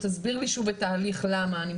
תסביר לי שוב את ההליך למה,